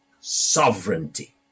sovereignty